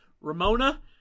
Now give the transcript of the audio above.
Ramona